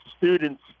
students